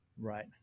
Right